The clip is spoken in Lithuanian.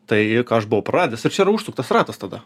tai ką aš buvau praradęs ir čia užsuktas ratas tada